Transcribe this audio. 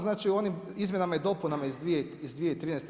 Značim u onim izmjenama i dopunama iz 2013.